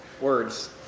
words